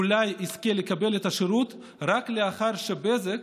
אולי אזכה לקבל את השירות רק לאחר שבזק,